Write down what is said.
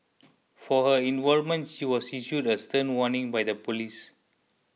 for her involvement she was issued a stern warning by the police